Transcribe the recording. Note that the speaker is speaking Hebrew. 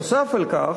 נוסף על כך,